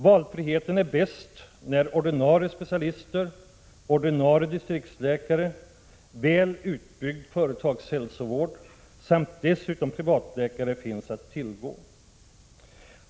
Valfriheten är bäst när ordinarie specialister, ordinarie distriktsläkare, väl utbyggd företagshälsovård samt dessutom privatläkare finns att tillgå.